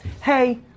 hey